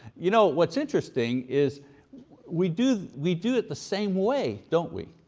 you know what's interesting is we do we do it the same way, don't we?